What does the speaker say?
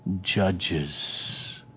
judges